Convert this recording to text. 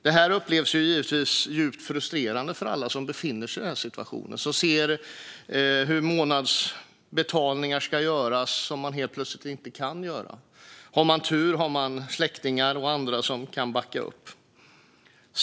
Det här är givetvis djupt frustrerande för alla som befinner sig i den situationen. De har månadsbetalningar som ska göras som de helt plötsligt inte kan göra. Har de tur har de släktingar och andra som kan backa upp.